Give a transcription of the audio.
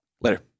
Later